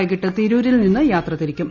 വൈകിട്ട് തിരൂരിൽ ്നിന്ന് യാത്ര തിരിക്കും